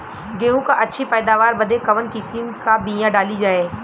गेहूँ क अच्छी पैदावार बदे कवन किसीम क बिया डाली जाये?